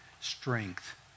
strength